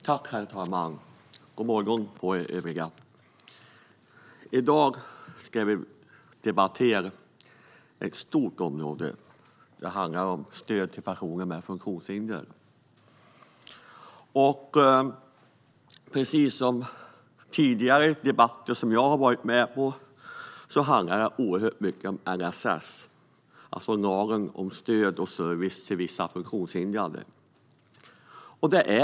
Herr talman! God morgon, övriga! I dag ska vi debattera ett stort område. Det handlar om stöd till personer med funktionshinder. Precis som i tidigare debatter som jag varit med i handlar mycket om LSS, lagen om stöd och service till vissa funktionshindrade.